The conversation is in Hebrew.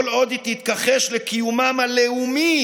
כל עוד היא תתכחש לקיומם הלאומי